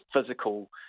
physical